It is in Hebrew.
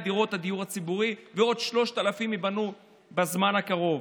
דירות הדיור הציבורי ועוד 3,000 ייבנו בזמן הקרוב.